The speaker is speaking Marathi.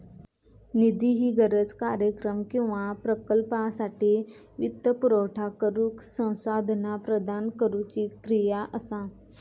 निधी ही गरज, कार्यक्रम किंवा प्रकल्पासाठी वित्तपुरवठा करुक संसाधना प्रदान करुची क्रिया असा